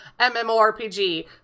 MMORPG